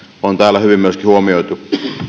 on täällä hyvin myöskin huomioitu